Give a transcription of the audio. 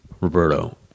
Roberto